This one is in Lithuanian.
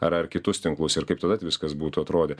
ar ar kitus tinklus ir kaip tadat viskas būtų atrovė